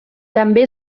també